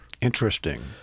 Interesting